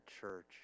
church